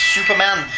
Superman